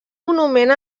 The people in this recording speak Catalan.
monument